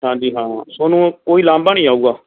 ਹਾਂਜੀ ਹਾਂ ਤੁਹਾਨੂੰ ਕੋਈ ਉਲਾਂਭਾ ਨਹੀਂ ਆਊਗਾ